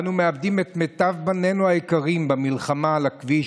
אנו מאבדים את מיטב בנינו היקרים במלחמה על הכביש,